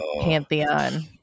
Pantheon